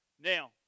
Now